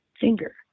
finger